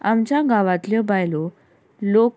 आमच्या गांवातल्यो बायलो लोक